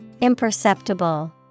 Imperceptible